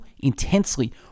intensely